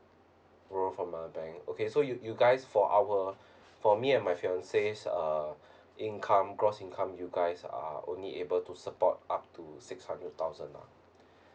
borrow from another bank okay so you you guys for our for me and my fiance uh income gross income you guys are only able to support up to six hundred thousand lah